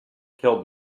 killed